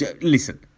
listen